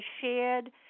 shared